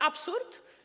Absurd?